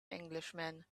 englishman